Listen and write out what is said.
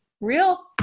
Real